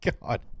God